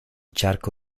charco